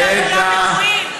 אולם אירועים.